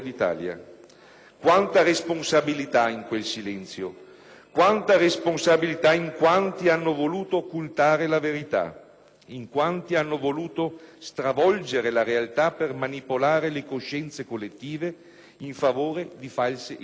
Quanta responsabilità in quel silenzio, quanta responsabilità in quanti hanno voluto occultare la verità, in quanti hanno voluto stravolgere la realtà per manipolare le coscienze collettive in favore di false ideologie.